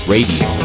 Radio